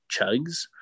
chugs